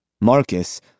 Marcus